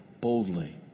boldly